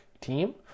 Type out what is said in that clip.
team